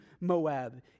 Moab